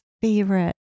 favorite